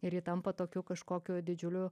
ir ji tampa tokiu kažkokiu didžiuliu